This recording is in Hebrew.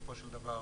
בסופו של דבר,